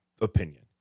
opinion